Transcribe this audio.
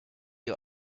you